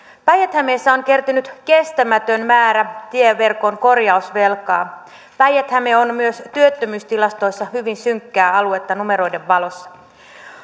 päijät hämeessä on kertynyt kestämätön määrä tieverkon korjausvelkaa päijät häme on myös työttömyystilastoissa hyvin synkkää aluetta numeroiden valossa